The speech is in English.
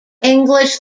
english